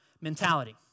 mentality